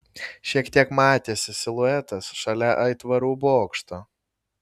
šiek tiek matėsi siluetas šalia aitvarų bokšto